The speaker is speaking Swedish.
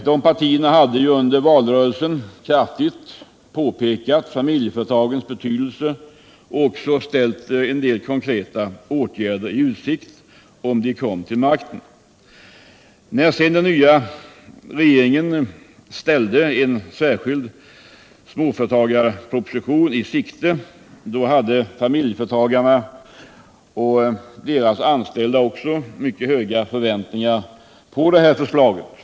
Dessa partier hade under valrörelsen kraftigt understrukit fa miljeföretagens betydelse och även ställt en del konkreta åtgärder i utsikt, om de kom till makten. När den nya regeringen sedan ställde en särskild småföretagarproposition i utsikt, hade familjeföretagarna och deras anställda mycket höga förväntningar på den propositionen.